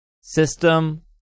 system